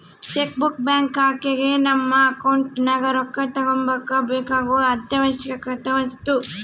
check book bank ಶಾಖೆಗ ನಮ್ಮ account ನಗ ರೊಕ್ಕ ತಗಂಬಕ ಬೇಕಾಗೊ ಅತ್ಯಾವಶ್ಯವಕ ವಸ್ತು